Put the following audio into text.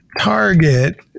target